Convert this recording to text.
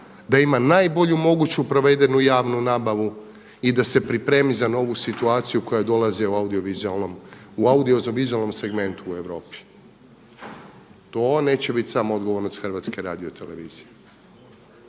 da ima najbolju moguću provedenu javnu nabavu i da se pripremi za novu situaciju koja dolazi u audiovizualnom segmentu u Europi. To neće biti samo odgovornost HRT-a. Znam da će se